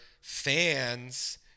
fans